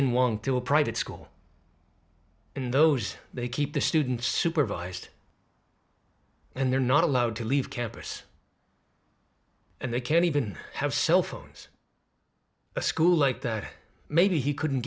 one to a private school in those they keep the students supervised and they're not allowed to leave campus and they can't even have cell phones a school like that maybe he couldn't